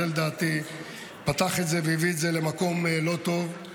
לדעתי זה פתח את זה והביא את זה למקום לא טוב,